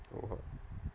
!wah!